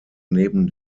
neben